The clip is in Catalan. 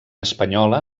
espanyola